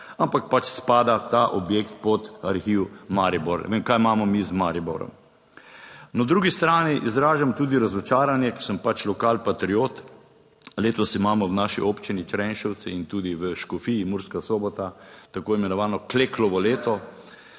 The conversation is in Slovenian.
ampak spada ta objekt pod Arhiv Maribor. Ne vem, kaj imamo mi z Mariborom. Na drugi strani izražam tudi razočaranje, ker sem pač lokalpatriot. Letos imamo v naši občini Črenšovci in tudi v Škofiji Murska Sobota tako imenovano Kleklvo leto.